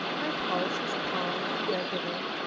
my pulse is calm and regular.